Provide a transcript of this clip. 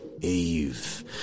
Eve